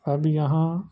اب یہاں